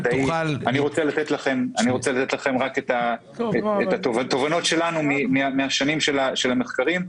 אני רוצה לתת לכם רק את התובנות שלנו מן השנים של המחקרים.